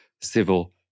civil